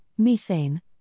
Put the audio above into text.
methane